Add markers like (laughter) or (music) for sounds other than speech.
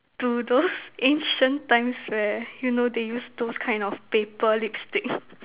to those ancient times where you know they use those kind of paper lipstick (breath)